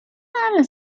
ale